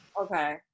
Okay